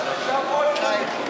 עכשיו פולקמן מתחפש לסמוטריץ.